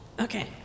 Okay